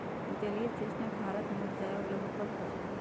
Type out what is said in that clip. जलीय चेस्टनट भारत में उपजावे वाला लघुफल फसल हई